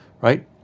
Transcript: right